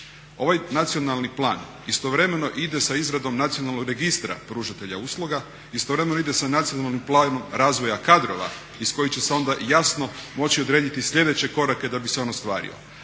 Ovaj Nacionalni plan istovremeno ide sa izradom Nacionalnog registra pružatelja usluga, istovremeno ide sa Nacionalnim planom razvoja kadrova iz kojih će se onda jasno moći odrediti sljedeće korake da bi se on ostvario.